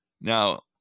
Now